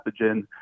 pathogen